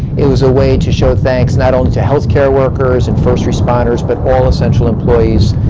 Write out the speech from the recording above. it was a way to show thanks, not only to healthcare workers and first responders, but all essential employees.